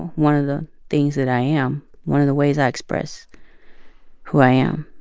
one of the things that i am, one of the ways i express who i am.